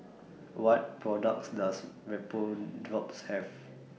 What products Does Vapodrops Have